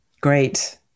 Great